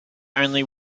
only